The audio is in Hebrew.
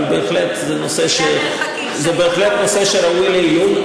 אבל זה בהחלט נושא שראוי לעיון,